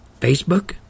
Facebook